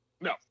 No